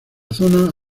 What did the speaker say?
zona